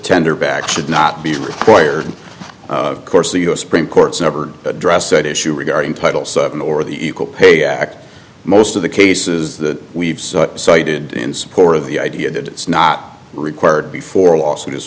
tender back should not be required course the u s supreme court's never addressed that issue regarding title seven or the equal pay act most of the cases that we've cited in support of the idea that it's not required before a lawsuit